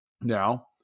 Now